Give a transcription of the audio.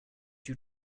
due